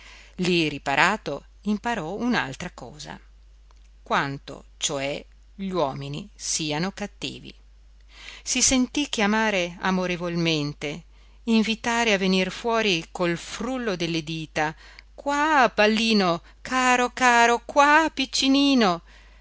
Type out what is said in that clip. lì riparato imparò un'altra cosa quanto cioè gli uomini siano cattivi si sentì chiamare amorevolmente invitare a venir fuori col frullo delle dita qua pallino caro caro qua piccinino